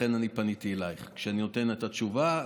ולכן אני פניתי אלייך כשאני נותן את התשובה.